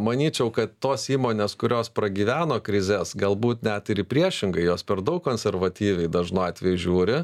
manyčiau kad tos įmonės kurios pragyveno krizes galbūt net ir priešingai jos per daug konservatyviai dažnu atveju žiūri